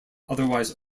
otherwise